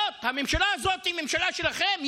הממשלה הזאת היא ממשלה שלכם,